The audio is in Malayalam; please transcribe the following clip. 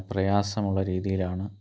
പ്രയാസമുള്ള രീതിയിലാണ്